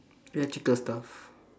electrical stuff